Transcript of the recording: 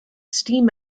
steam